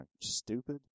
stupid